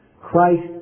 Christ